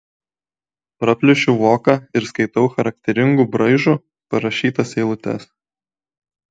praplėšiu voką ir skaitau charakteringu braižu parašytas eilutes